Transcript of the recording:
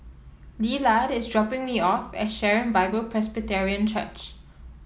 Lillard is dropping me off at Sharon Bible Presbyterian Church